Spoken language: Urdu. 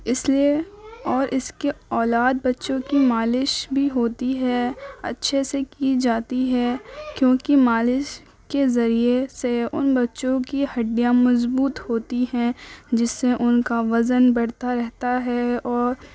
اس لیے اور اس کے اولاد بچوں کی مالش بھی ہوتی ہے اچھے سے کی جاتی ہے کیونکہ مالش کے ذریعے سے ان بچوں کی ہڈیاں مضبوط ہوتی ہیں جس سے ان کا وزن بڑھتا رہتا ہے اور